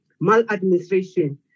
maladministration